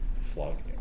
Flogging